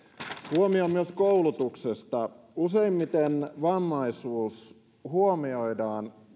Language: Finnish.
huomio myös koulutuksesta useimmiten vammaisuus huomioidaan